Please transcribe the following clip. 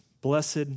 blessed